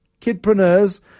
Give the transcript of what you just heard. kidpreneurs